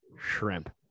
Shrimp